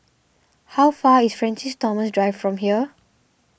how far is Francis Thomas Drive from here